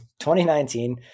2019